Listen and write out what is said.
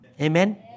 Amen